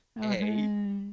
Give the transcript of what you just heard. Hey